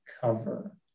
cover